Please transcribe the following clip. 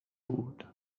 بود